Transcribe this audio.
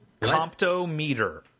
Comptometer